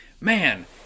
man